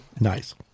Nice